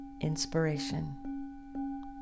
inspiration